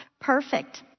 perfect